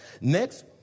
Next